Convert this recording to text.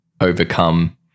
overcome